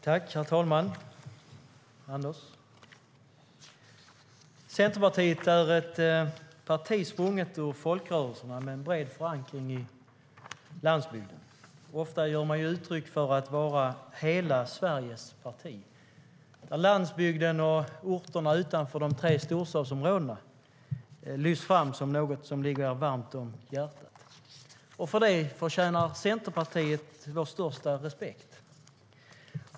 Herr talman! Centerpartiet är ett parti sprunget ur folkrörelserna och med bred förankring i landsbygden. Ofta ger de uttryck för att vara hela Sveriges parti. Landsbygden och orterna utanför de tre storstadsområdena lyfts fram som något som ligger partiet varmt om hjärtat. För det förtjänar Centerpartiet vår största respekt.